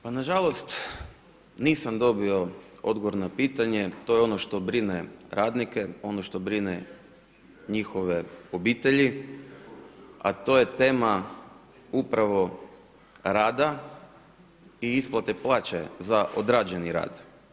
Pa nažalost nisam dobio odgovor na pitanje, to je ono što brine radnike, ono što brine njihove obitelji, a to je tema upravo rada i isplate plaće za odrađeni rad.